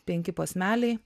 penki posmeliai